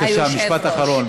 בבקשה, משפט אחרון.